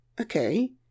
Okay